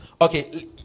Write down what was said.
Okay